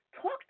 talk